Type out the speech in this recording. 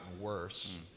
worse